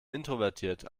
introvertiert